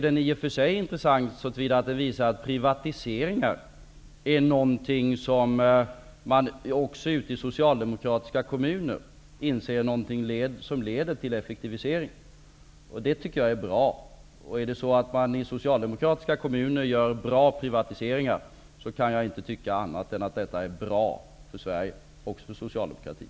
Den är intressant så till vida att den visar att privatiseringar är någonting som man också i socialdemokratiska kommuner inser är någonting som leder till effektivisering. Det är bra. Om man i socialdemokratiska kommuner gör bra privatiseringar kan jag inte tycka annat än att detta är bra för Sverige och för socialdemokratin.